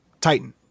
Titan